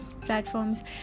platforms